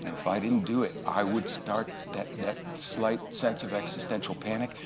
if i didn't do it, i would start that that slight sense of existential panic.